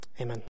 Amen